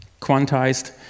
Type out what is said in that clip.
quantized